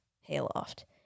hayloft